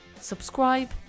Subscribe